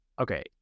okay